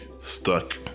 stuck